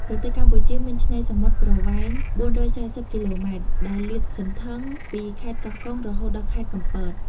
ប្រទេសកម្ពុជាមានឆ្នេរសមុទ្រប្រវែង ៤៤០ គ.ម ដែល លាតសន្ធឹងពីខេត្តកោះកុង រហូតដល់ខេត្តកំពត។